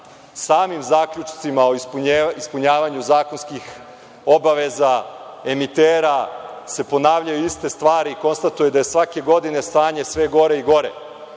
samim zaključcima o ispunjavanju zakonskih obaveza emitera se ponavljaju iste stvari konstatuje da je svake godine stanje sve gore i gore,